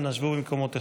אנא שבו במקומותיכם.